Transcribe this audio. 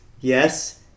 yes